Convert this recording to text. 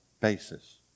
basis